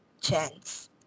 chance